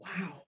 wow